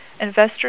Investors